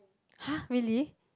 !huh! really